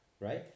right